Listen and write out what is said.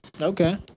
Okay